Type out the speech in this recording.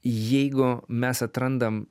jeigu mes atrandam